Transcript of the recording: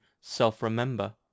self-remember